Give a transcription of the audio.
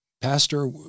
pastor